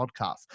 podcast